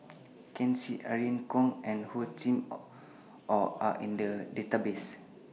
Ken Seet Irene Khong and Hor Chim Or Are in The Database